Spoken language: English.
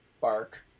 Bark